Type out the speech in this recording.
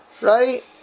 Right